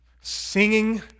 singing